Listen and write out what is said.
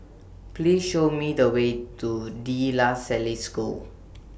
Please Show Me The Way to De La Salle School